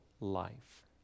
life